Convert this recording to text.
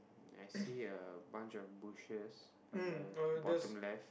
I see a bunch of bushes on the bottom left